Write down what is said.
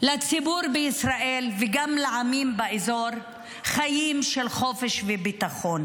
לציבור בישראל וגם לעמים באזור חיים של חופש וביטחון.